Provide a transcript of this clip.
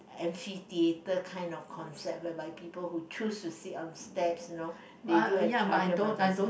amphitheatre kind of concept whereby people who choose to sit on steps you know they do have charger by their side